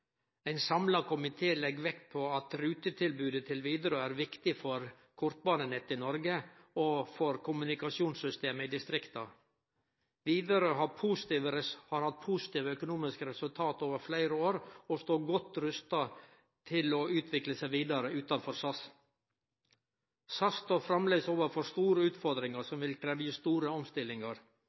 Ein samla komité legg vekt på at rutetilbodet til Widerøe er viktig for kortbanenettet i Noreg og for kommunikasjonssystemet i distrikta. Widerøe har hatt positive økonomiske resultat over fleire år og står godt rusta til å utvikle seg vidare utanfor SAS. SAS står framleis overfor store utfordringar som vil krevje store omstillingar.